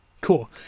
Cool